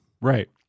right